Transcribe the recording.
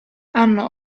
hanno